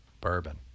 bourbon